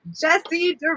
Jesse